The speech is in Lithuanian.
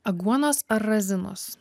aguonos ar razinos